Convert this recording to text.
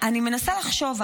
אני מנסה לחשוב.